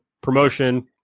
promotion